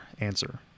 answer